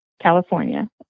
California